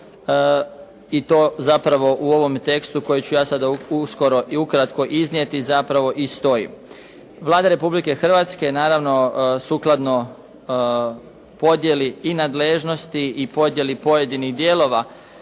i to zapravo u ovome tekstu koji ću ja sada uskoro i ukratko i iznijeti, zapravo i stoji. Vlada Republike Hrvatske, naravno sukladno podjeli i nadležnosti i podjeli pojedinih dijelova